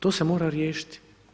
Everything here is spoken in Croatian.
To se mora riješiti.